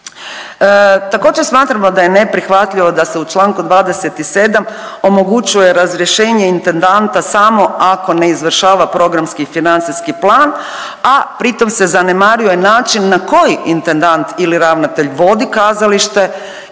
Također, smatramo da je neprihvatljivo da se u čl. 27 omogućuje razrješenje intendanta samo ako ne izvršava programski i financijski plan, a pri tom se zanemaruje način na koji intendant ili ravnatelj vodi kazalište